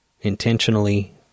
intentionally